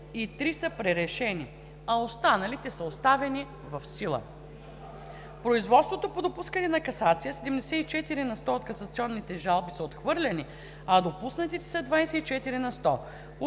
и три са пререшени, а останалите са оставени в сила. В производството по допускане до касация 74 на сто от касационните жалби са отхвърлени, а допуснатите са 24 на сто.